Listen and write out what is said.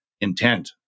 intent